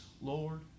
Lord